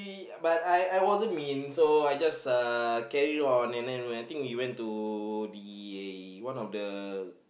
but I I wasn't mean so I just uh carry on and then when I think he went to the one of the